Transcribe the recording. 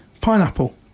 Pineapple